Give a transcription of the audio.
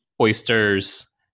oysters